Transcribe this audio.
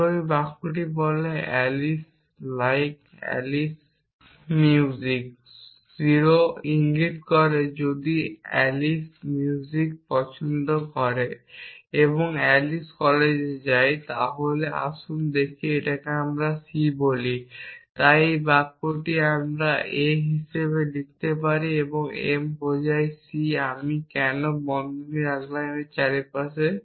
এবং এই বাক্যটি বলে অ্যালিস লাইক মিউজিক o ইঙ্গিত করে যদি অ্যালিস মিউজিক পছন্দ করে এবং তারপর অ্যালিস কলেজে যায় তাহলে আসুন আমরা একে বলি c তাই এই বাক্যটি আমি a হিসাবে লিখতে পারি এবং m বোঝায় c আমি কেন বন্ধনী রাখলাম এর চারপাশে